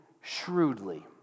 shrewdly